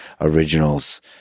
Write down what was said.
originals